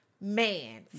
man